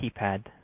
keypad